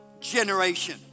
generation